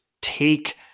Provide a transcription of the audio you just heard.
take